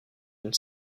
une